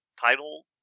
title